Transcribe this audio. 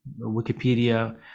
Wikipedia